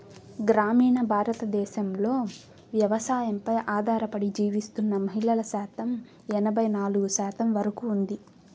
గ్రామీణ భారతదేశంలో వ్యవసాయంపై ఆధారపడి జీవిస్తున్న మహిళల శాతం ఎనబై నాలుగు శాతం వరకు ఉంది